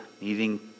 needing